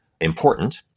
important